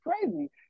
crazy